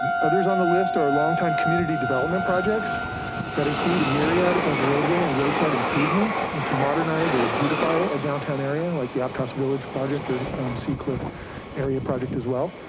others on the list, are longtime community development projects that include a myriad of roadway and roadside improvements to modernize or beautify a downtown area, like the outcasts village project or seacliff area project as well.